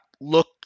look